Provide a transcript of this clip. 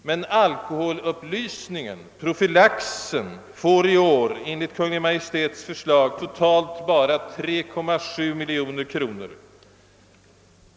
Till alkoholupplysningen, d.v.s. profylaxen, skall emellertid enligt Kungl. Maj:ts förslag i år utgå totalt bara 3,7 miljoner kronor.